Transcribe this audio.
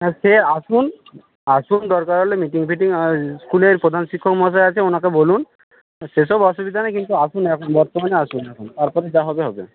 হ্যাঁ সে আসুন আসুন দরকার হলে মিটিং ফিটিং স্কুলের প্রধান শিক্ষক মহাশয় আছে ওনাকে বলুন সে সব অসুবিধা নেই কিন্তু আসুন এখন বর্তমানে আসুন এখন তারপরে যা হবে হবে